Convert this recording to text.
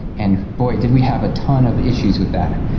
and boy! did we have a ton of issues with that.